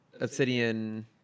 Obsidian